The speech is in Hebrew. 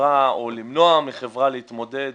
חברה או למנוע מחברה להתמודד